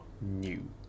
new